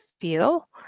feel